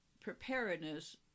preparedness